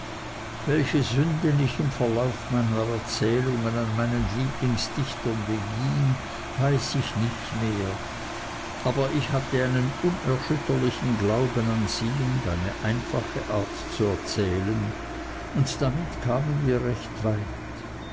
welche sünden ich im verlauf meiner erzählungen an meinen lieblingsdichtern beging weiß ich nicht mehr aber ich hatte einen unerschütterlichen glauben an sie und eine einfache art zu erzählen und damit kamen wir recht weit